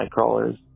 Nightcrawlers